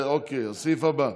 הסעיף הבא.